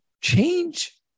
change